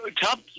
Top